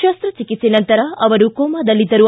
ಕಸ್ತಚಿಕಿತ್ಲೆ ನಂತರ ಅವರು ಕೋಮಾದಲ್ಲಿದ್ದರು